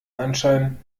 anschein